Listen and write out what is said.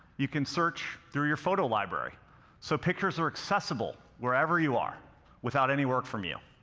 you can search through your photo library so pictures are accessible wherever you are without any work from you.